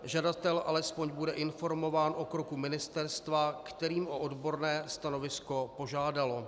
Žadatel alespoň bude informován o kroku ministerstva, které o odborné stanovisko požádalo.